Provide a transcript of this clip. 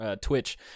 Twitch